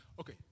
Okay